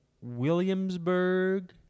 Williamsburg